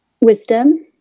Wisdom